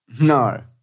No